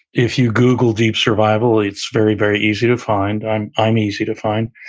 if you google deep survival, it's very, very easy to find. i'm i'm easy to find.